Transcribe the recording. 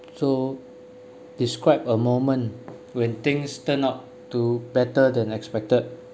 so describe a moment when things turn out to better than expected